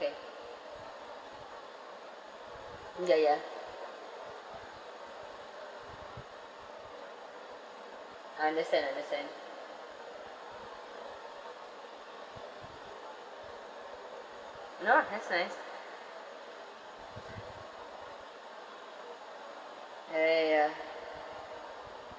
K mm ya ya understand understand ah that's nice ah ya ya